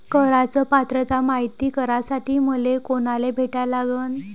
कराच पात्रता मायती करासाठी मले कोनाले भेटा लागन?